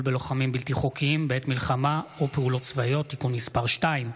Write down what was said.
בלוחמים בלתי חוקיים בעת מלחמה או פעולות צבאיות) (תיקון מס' 2),